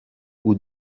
aux